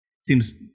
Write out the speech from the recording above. seems